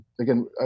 Again